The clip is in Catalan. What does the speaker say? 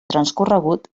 transcorregut